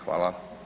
Hvala.